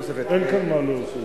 אין כאן מענה.